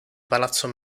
palazzo